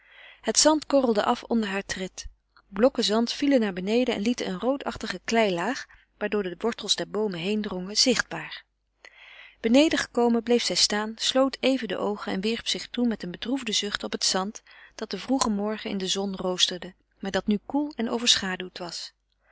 het zand korrelde af onder haar tred blokken zand vielen naar beneden en lieten een roodachtige kleilaag waardoor de wortels der boomen heendrongen zichtbaar beneden gekomen bleef zij staan sloot even de oogen en wierp zich toen met een bedroefden zucht op het zand dat de vroege morgen in de zon roosterde maar dat nu koel en overschaduwd was